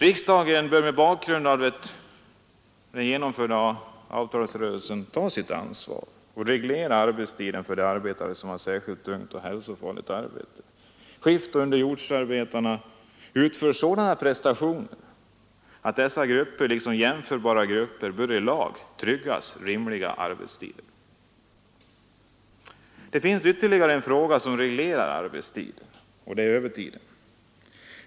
Riksdagen bör mot bakgrund av den genomförda avtalsrörelsen ta sitt ansvar och reglera arbetstiden för de arbetare som har särskilt tungt och hälsofarligt arbete. Skiftoch underjordsarbetarna utför sådana prestationer att dessa grupper, liksom jämförbara grupper, i lag bör tryggas rimliga arbetstider. Det finns ytterligare en sak som reglerar arbetstiden, och det är övertiden.